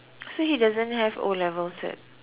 so he doesn't have O-level cert